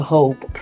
Hope